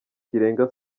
kirenga